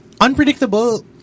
unpredictable